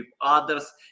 others